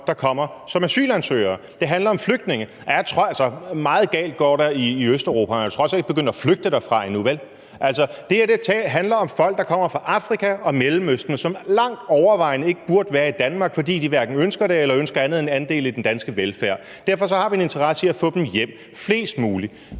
der kommer som asylansøgere, det handler om flygtninge. Meget galt går der i Østeuropa, men man er trods alt ikke begyndt at flygte derfra endnu, vel? Altså, det her handler om folk, der kommer fra Afrika og Mellemøsten, som langt overvejende ikke burde være i Danmark, fordi de hverken ønsker det eller ønsker andet end en andel i den danske velfærd. Derfor har vi en interesse i at få dem hjem – flest mulige.